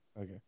Okay